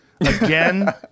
again